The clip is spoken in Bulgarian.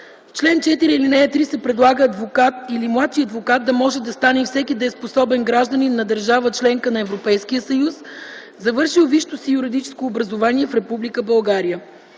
чл. 4, ал. 3 се предлага адвокат или младши адвокат да може да стане и всеки дееспособен гражданин на държава – членка на Европейския съюз, завършил висшето си юридическо образование в Република България.